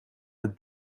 het